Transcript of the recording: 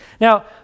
Now